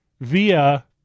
Via